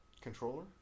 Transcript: controller